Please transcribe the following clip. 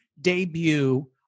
debut